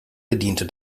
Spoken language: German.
bediente